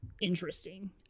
interesting